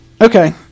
Okay